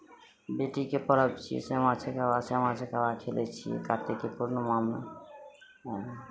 बेटीके पर्व छियै सामा चकेबा सामा चकेबा खेलै छियै कातिकके पूर्णिमामे